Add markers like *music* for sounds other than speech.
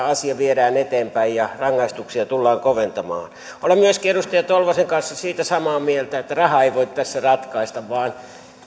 *unintelligible* asia viedään eteenpäin ja rangaistuksia tullaan koventamaan olen myöskin edustaja tolvasen kanssa siitä samaa mieltä että raha ei voi tässä ratkaista vaan